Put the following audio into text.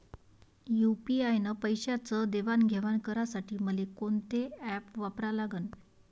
UPI न पैशाचं देणंघेणं करासाठी मले कोनते ॲप वापरा लागन?